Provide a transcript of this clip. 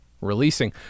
Releasing